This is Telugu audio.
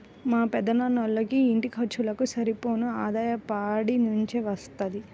మా పెదనాన్నోళ్ళకి ఇంటి ఖర్చులకు సరిపోను ఆదాయం పాడి నుంచే వత్తది